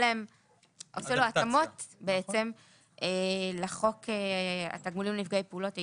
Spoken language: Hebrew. לו התאמות לחוק התגמולים לנפגעי פעולות איבה,